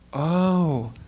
ohh.